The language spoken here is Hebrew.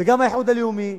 גם האיחוד הלאומי.